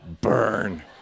burn